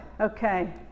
Okay